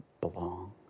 belong